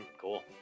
Cool